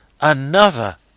another